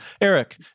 Eric